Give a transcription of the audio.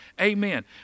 Amen